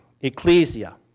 ecclesia